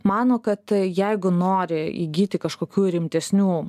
mano kad jeigu nori įgyti kažkokių rimtesnių